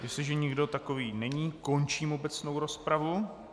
Jestliže nikdo takový není, končím obecnou rozpravu.